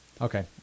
Okay